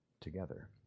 together